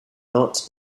not